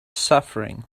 suffering